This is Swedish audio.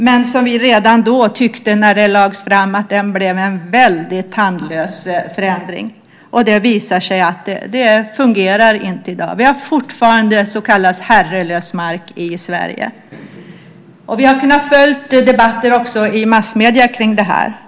Men redan när det lades fram tyckte vi att det blev en väldigt tandlös förändring. Det visar sig att det inte fungerar i dag. Vi har fortfarande så kallad herrelös mark i Sverige. Vi har kunnat följa debatten i massmedier kring detta.